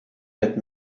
had